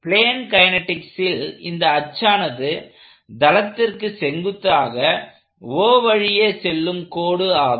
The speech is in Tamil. பிளேன் கைனெடிக்சில் இந்த அச்சானது தளத்திற்கு செங்குத்தாக O வழியே செல்லும் கோடு ஆகும்